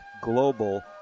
global